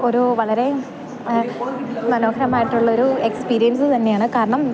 ഒരു വളരെ മനോഹരമായിട്ടുള്ളൊരു എക്സ്പീരിയൻസ് തന്നെയാണ് കാരണം